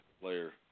player